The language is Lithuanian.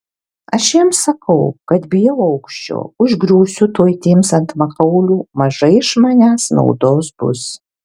aš jiems sakau kad bijau aukščio užgriūsiu tuoj tiems ant makaulių mažai iš manęs naudos bus